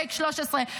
פייק 13,